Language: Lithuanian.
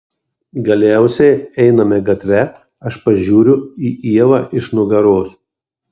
galiausiai einame gatve aš pažiūriu į ievą iš nugaros